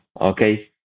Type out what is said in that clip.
okay